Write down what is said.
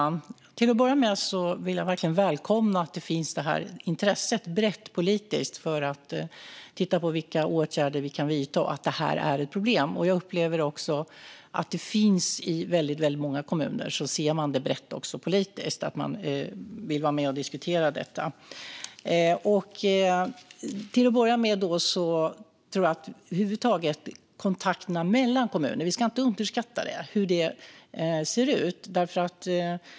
Fru talman! Till att börja med vill jag verkligen välkomna att det finns ett brett politiskt intresse för att titta på vilka åtgärder vi kan vidta. Det här är ett problem, och jag upplever att man i väldigt många kommuner ser det brett politiskt och vill vara med och diskutera detta. Vidare tror jag inte att vi ska underskatta kontakterna mellan kommuner.